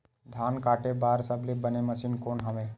धान काटे बार सबले बने मशीन कोन हे?